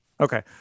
Okay